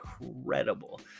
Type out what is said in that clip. incredible